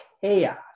chaos